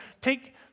take